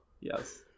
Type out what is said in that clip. Yes